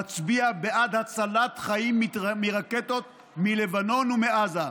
מצביע בעד הצלת חיים מרקטות מלבנון ומעזה.